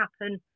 happen